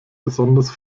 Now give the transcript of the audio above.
besonders